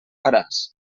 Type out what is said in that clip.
faràs